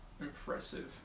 impressive